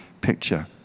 picture